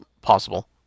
possible